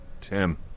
Tim